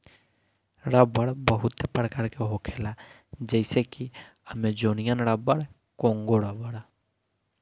रबड़ बहुते प्रकार के होखेला जइसे कि अमेजोनियन रबर, कोंगो रबड़